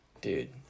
Dude